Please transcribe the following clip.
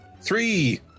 three